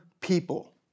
people